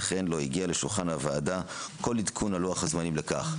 וכן לא הגיע לשולחן הוועדה כל עדכון על לוח זמנים לכך.